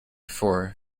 four